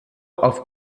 auf